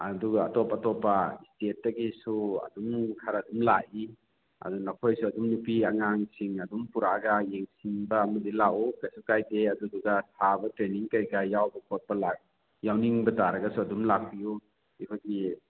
ꯑꯗꯨꯒ ꯑꯇꯣꯞ ꯑꯇꯣꯞꯄ ꯏꯁꯇꯦꯠꯇꯒꯤꯁꯨ ꯑꯗꯨꯝ ꯈꯔ ꯑꯗꯨꯝ ꯂꯥꯛꯏ ꯑꯗꯨ ꯅꯈꯣꯏꯁꯨ ꯑꯗꯨꯝ ꯅꯨꯄꯤ ꯑꯉꯥꯡꯁꯤꯡ ꯑꯗꯨꯝ ꯄꯨꯔꯛꯑꯒ ꯌꯦꯡꯁꯤꯟꯕ ꯑꯃꯗꯤ ꯂꯥꯛꯎ ꯀꯩꯁꯨ ꯀꯥꯏꯗꯦ ꯑꯗꯨꯗꯨꯒ ꯁꯥꯕ ꯇ꯭ꯔꯦꯅꯤꯡ ꯀꯔꯤ ꯀꯔꯥ ꯌꯥꯎꯕ ꯈꯣꯠꯄ ꯂꯥꯛ ꯌꯥꯎꯅꯤꯡꯕ ꯇꯥꯔꯒꯁꯨ ꯑꯗꯨꯝ ꯂꯥꯛꯄꯤꯌꯨ ꯑꯩꯈꯣꯏꯒꯤ